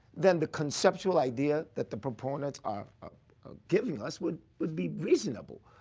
then the conceptual idea that the proponent are giving us would would be reasonable.